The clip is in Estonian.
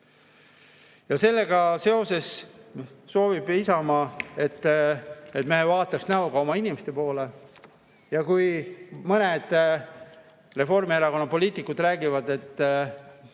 Sellega seoses soovib Isamaa, et me vaataks näoga oma inimeste poole. Ja kui mõned Reformierakonna poliitikud räägivad, et